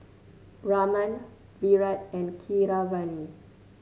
Raman Virat and Keeravani